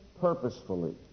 purposefully